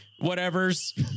Whatever's